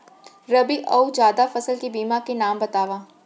रबि अऊ जादा फसल के बीज के नाम बताव?